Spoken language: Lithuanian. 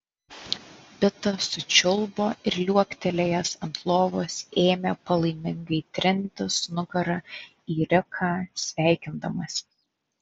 pitas sučiulbo ir liuoktelėjęs ant lovos ėmė palaimingai trintis nugara į riką sveikindamasis